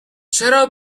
چرا